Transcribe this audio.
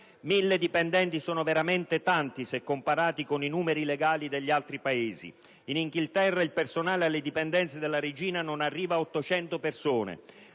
Mille dipendenti sono veramente tanti se comparati con i numeri legali degli altri Paesi. In Inghilterra il personale alle dipendenze della regina non arriva a 800 persone.